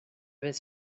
his